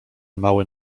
mały